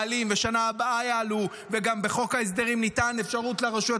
מעלים ובשנה הבאה יעלו וגם בחוק ההסדרים ניתנת אפשרות לרשויות